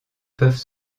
peuvent